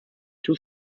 two